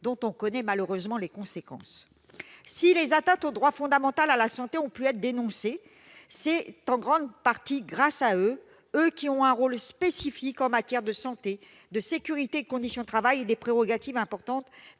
dont on connaît les conséquences tragiques. Si les atteintes au droit fondamental à la santé ont pu être dénoncées, c'est en grande partie grâce aux CHSCT, qui ont un rôle spécifique en matière de santé, de sécurité et de conditions de travail, et qui disposent de prérogatives importantes,